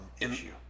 issue